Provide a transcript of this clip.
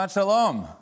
shalom